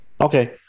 Okay